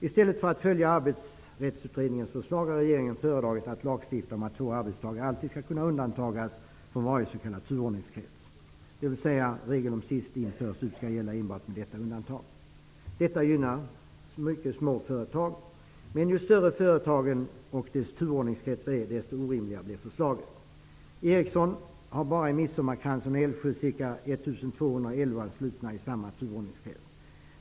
I stället för att följa Arbetsrättsutredningens förslag har regeringen föredragit att lagstifta om att två arbetstagare alltid skall kunna undantas från varje s.k. turordningskrets, dvs. regeln om sist in, först ut skall gälla enbart med detta undantag. Detta gynnar mycket små företag. Men ju större företagen och deras turordningskretsar är, desto orimligare blir förslaget. Ericsson har bara i Midsommarkransen och i Älvsjö 1 211 personer anslutna i samma turordningskrets.